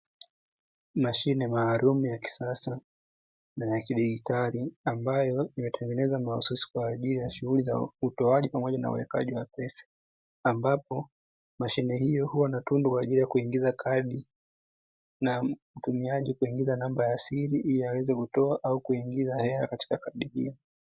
Mashine maalumu ya kisasa na ya kidijitali, ambayo imetengenezwa kwa mahususi kwa ajili ya shughuli za utoaji na uwekaji wa pesa, ambapo mashine hiyo inatundu, kwa ajili ya kuingiza kadi na mtumiaji kuingiza namba ya siri. Ili aweze kutoa au kuingiza hela katika kadi hiyo.